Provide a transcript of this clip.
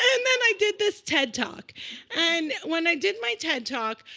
and then i did this ted talk and when i did my ted talk,